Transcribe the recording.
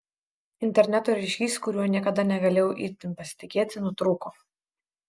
interneto ryšys kuriuo niekada negalėjau itin pasitikėti nutrūko